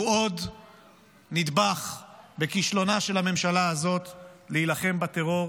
הוא עוד נדבך בכישלונה של הממשלה הזאת להילחם בטרור.